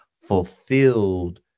fulfilled